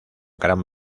gran